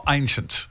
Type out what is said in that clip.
ancient